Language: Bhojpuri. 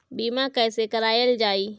बीमा कैसे कराएल जाइ?